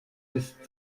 ist